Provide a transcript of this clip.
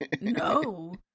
no